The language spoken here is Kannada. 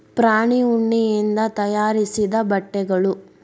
ಪ್ರಾಣಿ ಉಣ್ಣಿಯಿಂದ ತಯಾರಿಸಿದ ಬಟ್ಟೆಗಳು